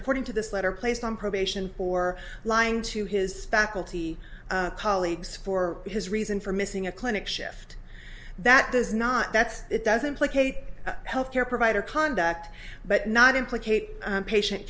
according to this letter placed on probation for lying to his faculty colleagues for his reason for missing a clinic shift that does not that's it doesn't placate health care provider conduct but not implicate patient